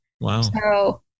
Wow